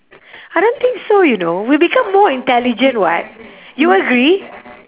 I don't think so you know we become more intelligent [what] you agree